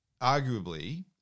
arguably